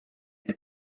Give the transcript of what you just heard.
elle